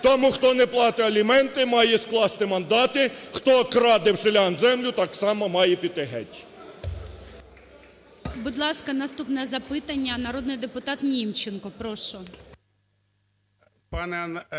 Тому, хто не платить аліменти, має скласти мандати, хто краде в селян землю, так само має піти геть! ГОЛОВУЮЧИЙ. Будь ласка, наступне запитання народний депутат Німченко. Прошу.